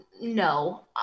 No